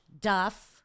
Duff